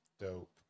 Dope